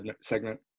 segment